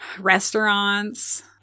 restaurants